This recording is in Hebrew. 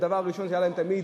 כשהדבר הראשון שהיה להם תמיד,